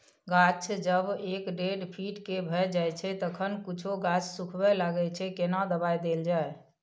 गाछ जब एक डेढ फीट के भ जायछै तखन कुछो गाछ सुखबय लागय छै केना दबाय देल जाय?